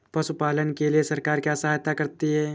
पशु पालन के लिए सरकार क्या सहायता करती है?